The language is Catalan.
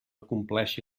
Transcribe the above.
compleixi